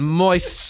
moist